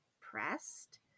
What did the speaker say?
pressed